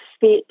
fit